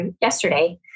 yesterday